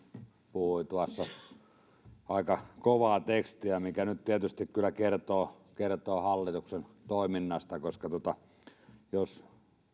puhui tuossa aika kovaa tekstiä mikä nyt tietysti kyllä kertoo hallituksen toiminnasta koska jos